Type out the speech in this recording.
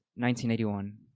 1981